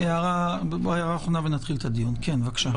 בבקשה.